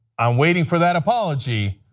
i'm waiting for that apology,